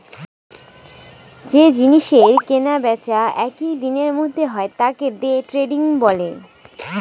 যে জিনিসের কেনা বেচা একই দিনের মধ্যে হয় তাকে দে ট্রেডিং বলে